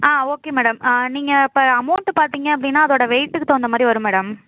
ஆ okay madam ஆ நீங்கள் இப்போ அமௌண்ட்டு பார்த்தீங்க அப்படின்னா அதோடய வெயிட்டுக்கு தகுந்த மாதிரி வரும் மேடம்